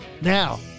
Now